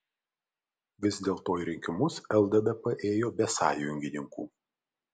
vis dėlto į rinkimus lddp ėjo be sąjungininkų